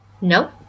No